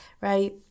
right